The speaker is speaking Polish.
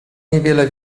niewiele